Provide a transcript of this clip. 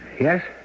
Yes